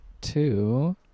two